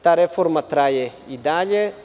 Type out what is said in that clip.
Ta reforma traje i dalje.